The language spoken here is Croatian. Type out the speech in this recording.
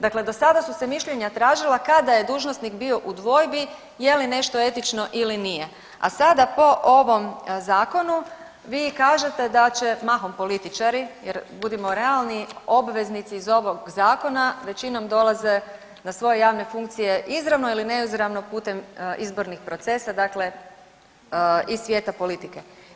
Dakle, do sada su se mišljenja tražila kada je dužnosnik bio u dvojbi je li nešto etično ili nije, a sada po ovom zakonu vi kažete da će, mahom političari jer budimo realni obveznici iz ovog zakona većinom dolaze na svoje javne funkcije izravno ili neizravno putem izbornih procesa, dakle iz svijeta politike.